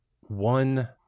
one